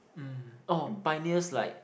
um oh pioneers like